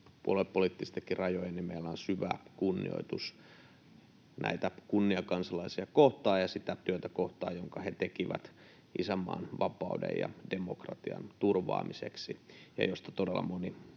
puoluepoliittistenkin rajojen, meillä on syvä kunnioitus näitä kunniakansalaisia kohtaan ja sitä työtä kohtaan, jonka he tekivät isänmaan, vapauden ja demokratian turvaamiseksi ja josta todella moni